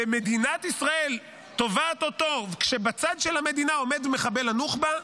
ומדינת ישראל תובעת אותו כשבצד של המדינה עומד מחבל הנוחבה,